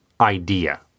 idea